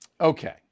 Okay